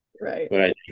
Right